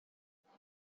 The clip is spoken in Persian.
موندی